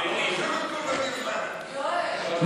"דיר באלכ" נשמע לא טוב.